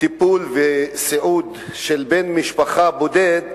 טיפול וסיעוד של בן משפחה בודד,